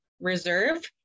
reserve